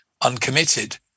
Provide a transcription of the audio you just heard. uncommitted